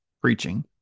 preaching